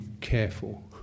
careful